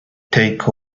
take